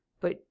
But